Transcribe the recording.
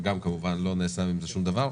וגם לא נעשה עם זה שום דבר.